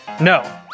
No